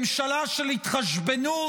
ממשלה של התחשבנות,